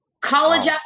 College